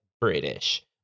British